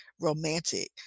romantic